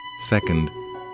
Second